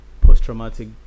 post-traumatic